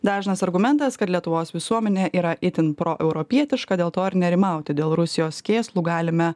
dažnas argumentas kad lietuvos visuomenė yra itin proeuropietiška dėl to ir nerimauti dėl rusijos kėslų galime